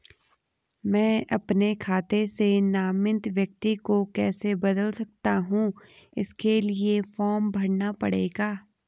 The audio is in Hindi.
मैं अपने खाते से नामित व्यक्ति को कैसे बदल सकता हूँ इसके लिए फॉर्म भरना पड़ेगा?